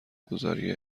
گذاری